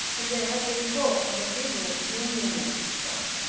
and there had been talk of a liberal-unionist club.